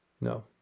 No